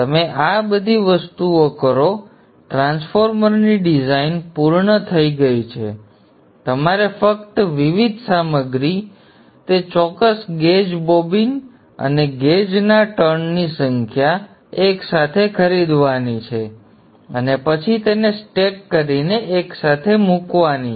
તમે આ બધી વસ્તુઓ કરો ટ્રાન્સફોર્મરની ડિઝાઇન પૂર્ણ થઈ ગઈ છે તમારે ફક્ત વિવિધ સામગ્રી કોર તે ચોક્કસ ગેજ બોબિન સાથે ગેજના ટર્નની સંખ્યા એક સાથે ખરીદવાની છે અને પછી તેને સ્ટેક કરીને એકસાથે મૂકવામાં આવે છે